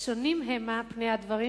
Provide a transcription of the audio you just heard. שונים המה פני הדברים,